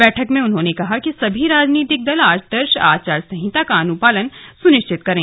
बैठक में उन्होंने कहा कि सभी राजनीतिक दल आदर्श आचार संहिता का अनुपालन सुनिश्चित करें